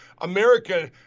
America